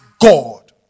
God